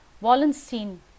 Wallenstein